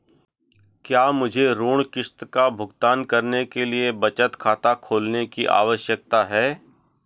क्या मुझे ऋण किश्त का भुगतान करने के लिए बचत खाता खोलने की आवश्यकता है?